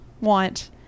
want